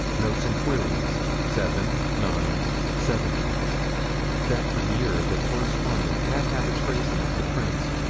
notes and queries, seven nine seventy that for years a correspondent had had a tracing of the prints,